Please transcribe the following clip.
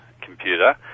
computer